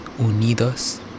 unidos